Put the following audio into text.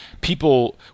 people